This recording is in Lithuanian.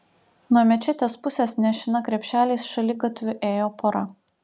nuo mečetės pusės nešina krepšeliais šaligatviu ėjo pora